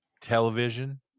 television